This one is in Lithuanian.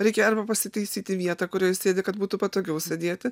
reikia arba pasitaisyti vietą kurioj sėdi kad būtų patogiau sėdėti